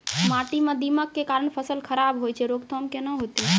माटी म दीमक के कारण फसल खराब होय छै, रोकथाम केना होतै?